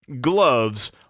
gloves